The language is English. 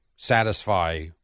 satisfy